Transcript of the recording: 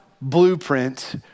blueprint